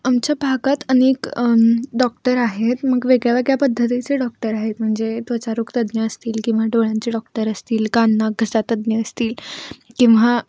आमच्या भागात अनेक डॉक्टर आहेत मग वेगळ्यावेगळ्या पद्धतीचे डॉक्टर आहेत म्हणजे त्वचारोग तज्ज्ञ असतील किंवा डोळ्यांचे डॉक्टर असतील कान नाक घसा तज्ज्ञ असतील किंवा